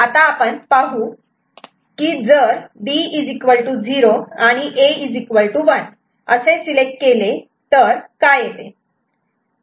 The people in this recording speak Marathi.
आता आपण पाहू की जर B 0 आणि A 1 असे सिलेक्ट केले तर काय येते